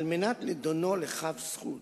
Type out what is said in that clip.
כדי לדונו לכף זכות,